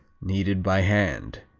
kneaded by hand.